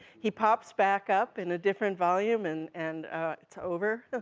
he pops back up in a different volume, and and it's over.